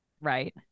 Right